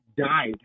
died